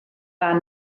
fan